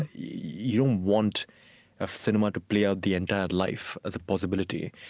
and you don't want a cinema to play out the entire life as a possibility.